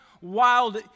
wild